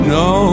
no